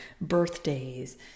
Birthdays